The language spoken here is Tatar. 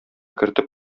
кертеп